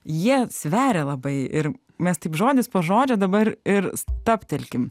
jie sveria labai ir mes taip žodis po žodžio dabar ir stabtelkim